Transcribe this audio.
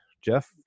Jeff